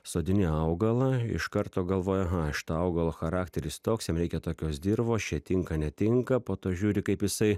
sodini augalą iš karto galvoji aha šito augalo charakteris toks jam reikia tokios dirvos čia tinka netinka po to žiūri kaip jisai